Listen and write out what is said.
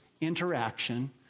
interaction